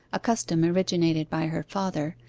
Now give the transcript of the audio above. a custom originated by her father,